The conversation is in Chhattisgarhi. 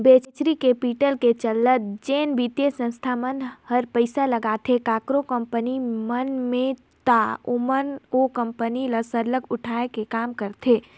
वेंचरी कैपिटल के चलत जेन बित्तीय संस्था मन हर पइसा लगाथे काकरो कंपनी मन में ता ओमन ओ कंपनी ल सरलग उठाए के काम करथे